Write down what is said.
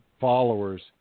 followers